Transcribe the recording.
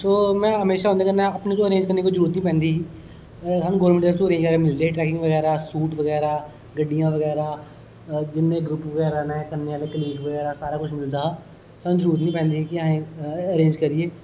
सो में हमेशा उंदे कन्नै अपनी आपू आरेंज करने दी कोई जरुरत नेई पैंदी ही स्हानू गवर्नमेंट दे थ्रू ऐ सब मिलदे हे ट्रैकिंग सूट बगैरा गड्डियां बगैरा जिन्ने ग्रुप बगैरा हे कन्ने आहले कलीग बगैरा सारा कुछ मिलदा हा स्हानू जरुरत नेई पैंदी ही कि असें गी आरैंज करियै